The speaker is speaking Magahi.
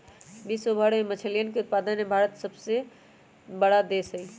विश्व भर के मछलयन उत्पादन में भारत तीसरा सबसे बड़ा देश हई